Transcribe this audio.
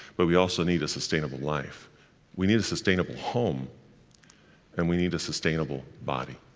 but we also need a sustainable life we need a sustainable home and we need a sustainable body.